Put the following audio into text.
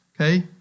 okay